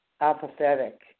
apathetic